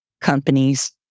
companies